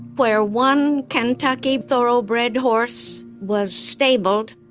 where one kentucky thoroughbred horse was stabled,